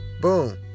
boom